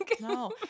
No